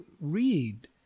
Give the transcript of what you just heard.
read